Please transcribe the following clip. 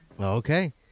Okay